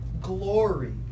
Glory